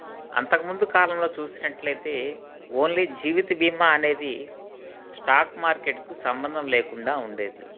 అంతకుముందు కాలంలో చూసినట్లయితే ఓన్లీ జీవిత బీమా అనేది స్టాక్ మార్కెట్కు సంబంధం లేకుండా ఉండేది